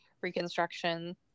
Reconstruction